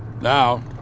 Now